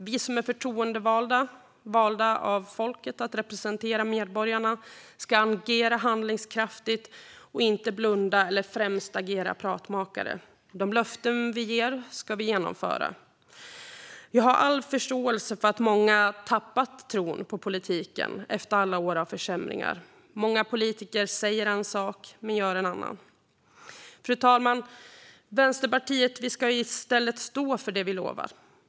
Vi som är förtroendevalda - valda av folket att representera medborgarna - ska agera handlingskraftigt och inte blunda eller främst agera pratmakare. De löften vi ger ska vi genomföra. Jag har all förståelse för att många har tappat tron på politiken efter alla år av försämringar. Många politiker säger en sak men gör en annan. Fru talman! Vänsterpartiet ska i stället stå för det vi lovar.